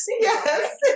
Yes